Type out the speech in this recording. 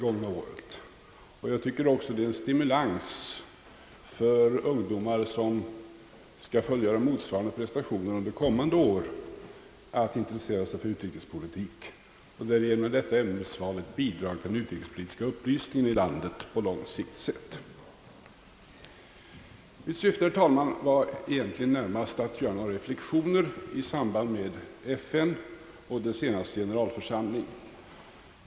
Jag tycker också att det är en stimulans för ungdomar, som skall fullgöra motsvarande prestationer under kommande år, att intressera sig för utrikespolitik. Därigenom är detta ämnesval ett bidrag till den utrikespolitiska upplysningen i landet på lång sikt. Mitt syfte, herr talman, var egentligen närmast att göra några reflexioner i samband med FN och dess senaste generalförsamling.